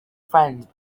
friends